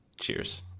Cheers